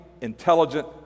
intelligent